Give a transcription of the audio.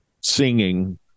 singing